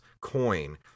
coin